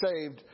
saved